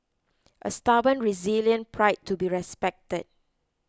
a stubborn resilient pride to be respected